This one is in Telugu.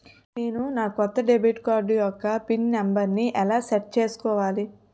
నేను నా కొత్త డెబిట్ కార్డ్ యెక్క పిన్ నెంబర్ని ఎలా సెట్ చేసుకోవాలి?